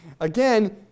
Again